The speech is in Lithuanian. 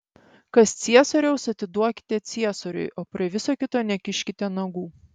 kas ciesoriaus atiduokite ciesoriui o prie viso kito nekiškite nagų